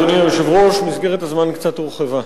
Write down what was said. מסגרת הזמן קצת הורחבה.